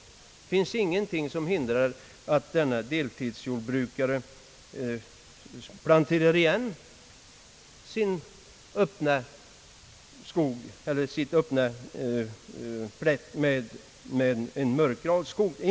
Det finns ingenting som hindrar att deltidsjordbrukaren planterar sin öppna plätt med en mörk granskog.